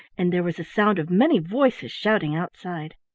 and there was a sound of many voices shouting outside.